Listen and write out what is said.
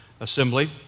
assembly